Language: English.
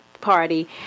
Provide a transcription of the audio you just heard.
party